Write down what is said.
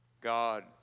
God